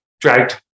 dragged